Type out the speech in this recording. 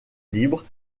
libre